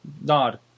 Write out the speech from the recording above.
nod